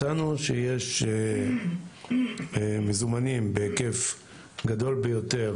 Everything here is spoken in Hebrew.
מצאנו שיש מזומנים בהיקף גדול ביותר